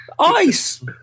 Ice